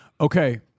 Okay